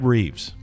Reeves